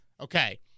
okay